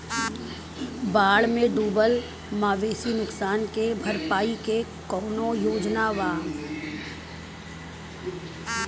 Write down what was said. बाढ़ में डुबल मवेशी नुकसान के भरपाई के कौनो योजना वा?